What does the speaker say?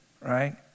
right